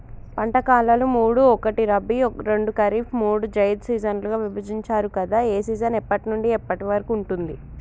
పంటల కాలాలు మూడు ఒకటి రబీ రెండు ఖరీఫ్ మూడు జైద్ సీజన్లుగా విభజించారు కదా ఏ సీజన్ ఎప్పటి నుండి ఎప్పటి వరకు ఉంటుంది?